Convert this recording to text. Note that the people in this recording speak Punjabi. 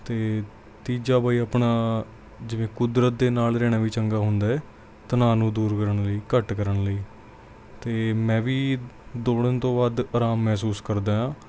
ਅਤੇ ਤੀਜਾ ਬਈ ਆਪਣਾ ਜਿਵੇਂ ਕੁਦਰਤ ਦੇ ਨਾਲ ਰਹਿਣਾ ਵੀ ਚੰਗਾ ਹੁੰਦਾ ਹੈ ਤਣਾਓ ਨੂੰ ਦੂਰ ਕਰਨ ਲਈ ਘੱਟ ਕਰਨ ਲਈ ਅਤੇ ਮੈਂ ਵੀ ਦੌੜਨ ਤੋਂ ਵੱਧ ਆਰਾਮ ਮਹਿਸੂਸ ਕਰਦਾ ਹਾਂ